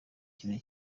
kintu